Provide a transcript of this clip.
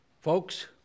Folks